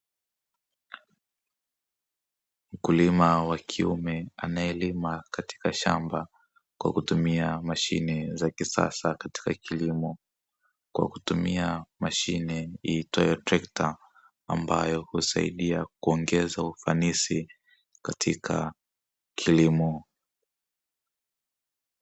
Mkulima wa kiume anayelima katika shamba, kwa kutumia mashine za kisasa katika kilimo. Kwa kutumia mashine iitwayo trekta, ambayo husaidia kuongeza ufanisi katika kilimo.